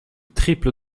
triple